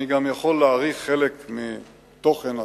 אני גם יכול להעריך חלק מתוכן התשובות,